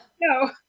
No